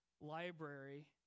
library